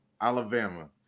Alabama